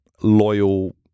loyal